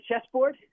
chessboard